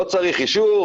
לא צריך אישור,